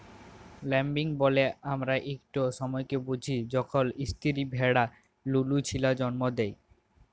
lambing ব্যলে আমরা ইকট সময়কে বুঝি যখল ইস্তিরি ভেড়া লুলু ছিলা জল্ম দেয়